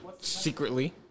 secretly